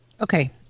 okay